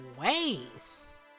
ways